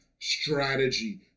strategy